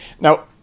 Now